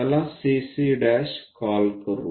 त्याला CC' call करू